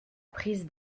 prise